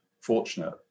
fortunate